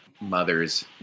mother's